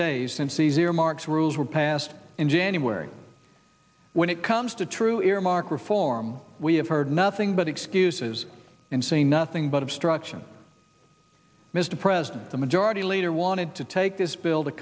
days since easier marks rules were passed in january when it comes to true earmark reform we have heard nothing but excuses and see nothing but obstruction mr president the majority leader wanted to take this bil